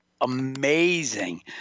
amazing